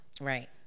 Right